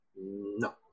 No